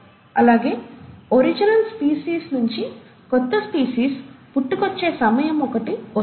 అలాగే original species నించి కొత్త స్పీసీస్ పుట్టుకొచ్చే సమయం ఒకటి వస్తుంది